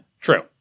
True